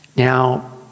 Now